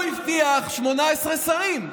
הוא הבטיח 18 שרים.